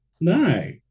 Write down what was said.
No